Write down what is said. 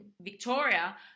Victoria